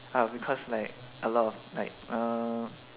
uh because like a lot of like uh